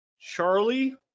Charlie